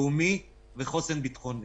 לאומית וחוסן ביטחוני.